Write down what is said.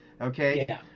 okay